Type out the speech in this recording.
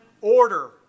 order